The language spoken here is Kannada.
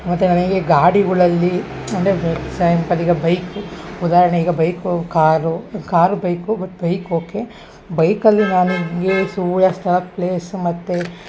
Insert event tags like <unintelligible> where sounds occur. ಮತ್ತು ನನಗೆ ಗಾಡಿಗಳಲ್ಲಿ ಅಂದರೆ ಎಗ್ಸ್ಯಾಂಪಲ್ ಈಗ ಬೈಕು ಉದಾಹರಣೆ ಈಗ bike car car bike but bike okay ಬೈಕಲ್ಲಿ ನಾನು ಹಿಂಗೇ <unintelligible> ಪ್ಲೇಸು ಮತ್ತು